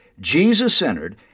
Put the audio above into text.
Jesus-centered